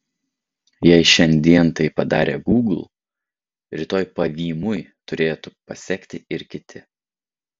jei šiandien tai padarė gūgl rytoj pavymui turėtų pasekti ir kiti